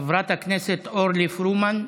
חברת הכנסת אורלי פרומן,